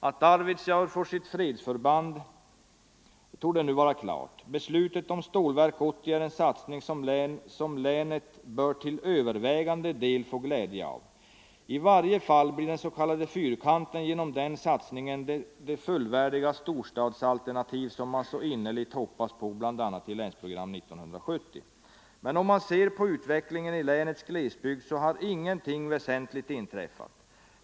Att Arvidsjaur får sitt fredsförband torde nu vara klart. Beslutet om Stålverk 80 är en satsning som länet bör till övervägande del få glädje av. I varje fall blir den s.k. Fyrkanten genom den satsningen det fullvärdiga stor stadsalternativ, som man så innerligt hoppats på bl.a. i Länsprogram 1970. Men om man ser på utvecklingen i länets glesbygd så har ingenting väsentligt inträffat.